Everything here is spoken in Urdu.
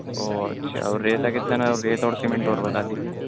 اوہ اچھا اور ریتا کتنا ریت اور سیمینٹ اور بتا دیجیے